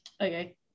okay